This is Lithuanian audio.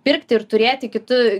pirkti ir turėti kitų